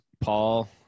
Paul